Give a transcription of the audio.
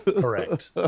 Correct